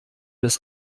des